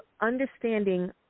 understanding